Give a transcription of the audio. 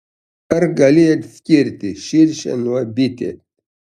ar gali atskirti širšę nuo bitės